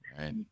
Right